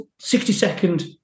60-second